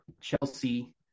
Chelsea